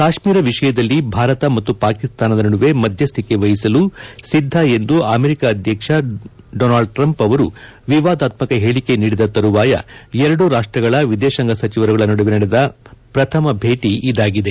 ಕಾಶ್ಮೀರ ವಿಷಯದಲ್ಲಿ ಭಾರತ ಮತ್ತು ಪಾಕಿಸ್ತಾನದ ನಡುವೆ ಮಧ್ಯಸ್ಠಿಕೆ ವಹಿಸಲು ಸಿದ್ದ ಎಂದು ಅಮೆರಿಕಾ ಅಧ್ಯಕ್ಷ ಡೊನಾಲ್ಡ್ ಟ್ರಂಪ್ ಅವರು ವಿವಾದಾತ್ಮಕ ಹೇಳಿಕೆ ನೀಡಿದ ತರುವಾಯ ಎರಡು ರಾಷ್ತ್ರಗಳ ವಿದೇಶಾಂಗ ಸಚಿವರುಗಳ ನಡುವೆ ನಡೆದ ಪ್ರಥಮ ಭೇಟಿ ಇದಾಗಿದೆ